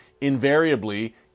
invariably